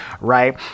right